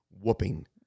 whooping